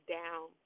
down